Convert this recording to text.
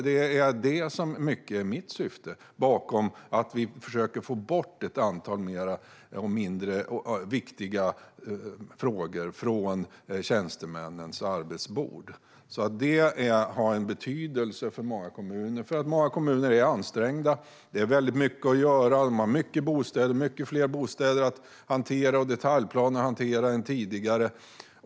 Det är det som till stor del är mitt syfte med att försöka få bort ett antal mindre viktiga frågor från tjänstemännens arbetsbord. Det har en betydelse för många kommuner. Många kommuner är nämligen ansträngda. De har väldigt mycket att göra. De har många fler bostäder och detaljplaner att hantera än tidigare.